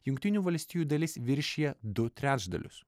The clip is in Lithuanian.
jungtinių valstijų dalis viršija du trečdalius